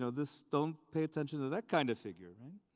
so this, don't pay attention to that kind of figure. i mean